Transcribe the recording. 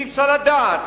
אי-אפשר לדעת,